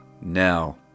now